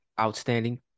outstanding